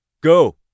Go